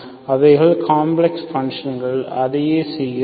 அவைகள் complex functions அதையே செய்கிறோம்